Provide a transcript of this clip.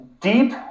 deep